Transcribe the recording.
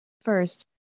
First